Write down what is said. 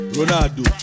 Ronaldo